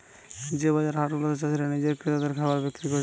যে বাজার হাট গুলাতে চাষীরা নিজে ক্রেতাদের খাবার বিক্রি করতিছে